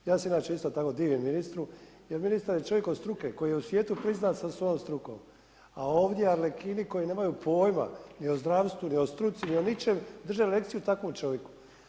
Ja sam inače isto tako divim ministru jer ministar je čovjek od struke koji je u svijetu priznat sa svojom strukom a ovdje harlekini koji nemaju pojma ni o zdravstvu ni o struci ni o ničem, drže lekciju takvom čovjeku.